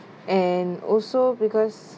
and also because